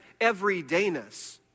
everydayness